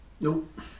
nope